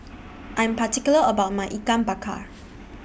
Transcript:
I Am particular about My Ikan Bakar